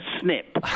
snip